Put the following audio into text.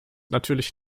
natürlich